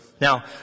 Now